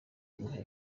muhe